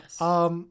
Yes